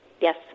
Yes